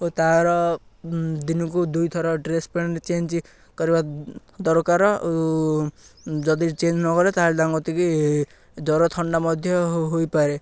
ଓ ତା'ର ଦିନକୁ ଦୁଇଥର ଡ୍ରେସ୍ ପ୍ୟାଣ୍ଟ ଚେଞ୍ଜ କରିବା ଦରକାର ଓ ଯଦି ଚେଞ୍ଜ ନକଲେ ତା'ହେଲେ ତାଙ୍କ କତିକି ଜ୍ୱର ଥଣ୍ଡା ମଧ୍ୟ ହୋଇପାରେ